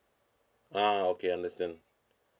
ah okay understand